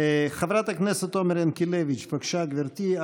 חברת הכנסת עומר ינקלביץ', בבקשה, גבירתי.